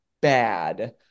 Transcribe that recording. bad